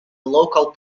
local